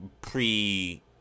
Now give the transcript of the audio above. pre